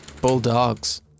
Bulldogs